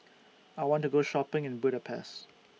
I want to Go Shopping in Budapest